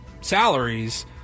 salaries